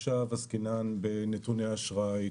עכשיו עסקינן בנתוני אשראי,